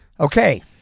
Okay